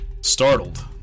Startled